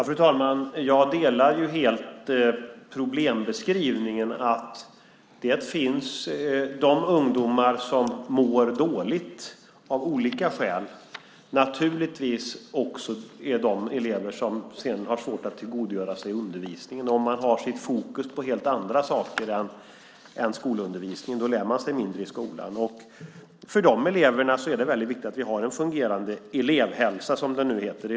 Fru talman! Jag delar helt problembeskrivningen att det finns ungdomar som mår dåligt av olika skäl. Naturligtvis är det också de eleverna som sedan har svårt att tillgodogöra sig undervisningen. Om man har fokus på helt andra saker än skolundervisningen lär man sig mindre i skolan. För de eleverna är det väldigt viktigt att vi har en fungerande elevhälsa, som det nu heter.